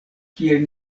kiel